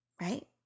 Right